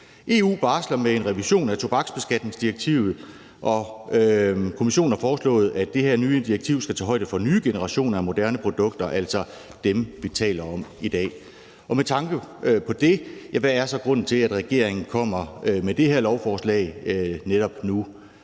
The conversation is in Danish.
EU barsler med en revision af tobaksbeskatningsdirektivet, og Kommissionen har foreslået, at det her nye direktiv skal tage højde for nye generationer af moderne produkter, altså dem, vi taler om i dag. Og med tanke på det, hvad er så grunden til, at regeringen kommer med det her lovforslag netop nu?